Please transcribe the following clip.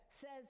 says